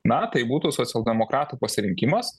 na tai būtų socialdemokratų pasirinkimas